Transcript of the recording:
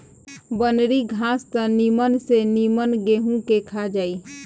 बनरी घास त निमन से निमन गेंहू के खा जाई